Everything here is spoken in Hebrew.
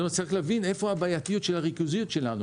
וצריך להבין איפה הבעייתיות של הריכוזיות שלנו.